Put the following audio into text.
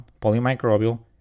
polymicrobial